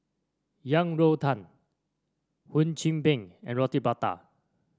Yang Rou Tang Hum Chim Peng and Roti Prata